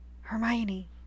Hermione